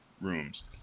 rooms